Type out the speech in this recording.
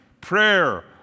prayer